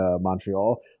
Montreal